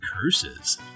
curses